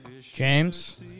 James